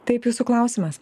taip jūsų klausimas